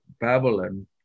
Babylon